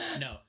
No